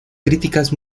críticas